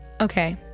Okay